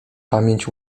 pamięć